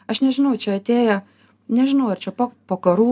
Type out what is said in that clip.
aš nežinau čia atėję nežinau ar čia po po karų